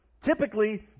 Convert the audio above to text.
Typically